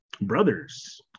Brothers